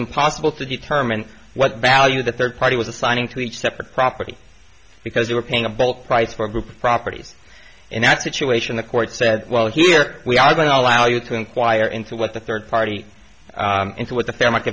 impossible to determine what value the third party was assigning to each separate property because they were paying a ball price for a group of properties in that situation the court said well here we are going to allow you to inquire into what the third party into what the fa